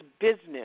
business